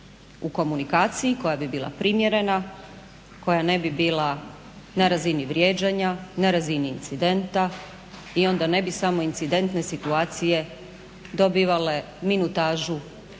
U komunikaciji koja bi bila primjerena koja ne bi bila na razini vrijeđanja, na razini incidenta i onda ne bi samo incidentne situacije dobivale minutažu